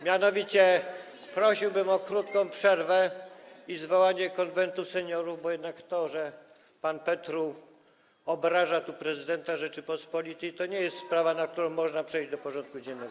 Mianowicie prosiłbym o krótką przerwę i zwołanie Konwentu Seniorów, bo jednak to, że pan Petru obraża tu prezydenta Rzeczypospolitej, to nie jest sprawa, nad którą można przejść do porządku dziennego.